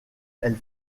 elle